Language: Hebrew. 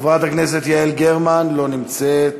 חברת הכנסת יעל גרמן, לא נמצאת,